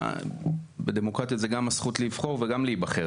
כי בדמוקרטיה זה גם הזכות לבחור וגם להיבחר,